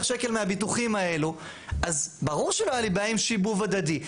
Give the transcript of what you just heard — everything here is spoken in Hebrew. שקל מהביטוחים האלו - אז ברור שלא היה לי בעיה עם שיבוב הדדי.